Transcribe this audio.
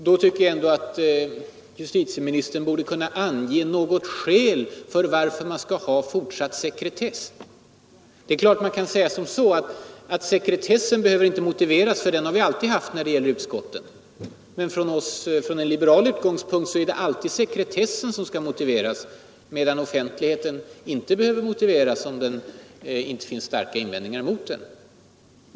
Jag tycker justitieministern borde kunna ange något skäl för fortsatt sekretess. Det är klart att man kan säga att sekretessen inte behöver motiveras, för den har vi alltid haft i utskotten. Men från en liberal utgångspunkt är det alltid sekretessen som skall motiveras, medan offentligheten inte behöver försvaras om man inte reser starka invändningar mot den.